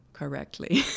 Correctly